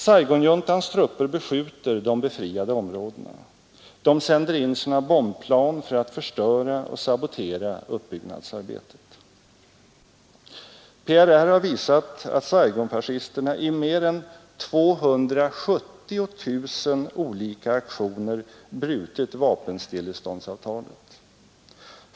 Saigonjuntans trupper beskjuter de befriade områdena, de sänder in sina bombplan för att förstöra och sabotera uppbyggnadsarbetet. PRR har visat att Saigonfascisterna i mer än 270 000 olika aktioner brutit vapenstilleståndsavtalet.